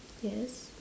yes